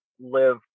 live